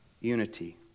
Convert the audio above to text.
unity